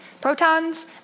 protons